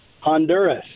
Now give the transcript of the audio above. honduras